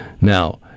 Now